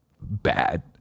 bad